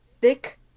thick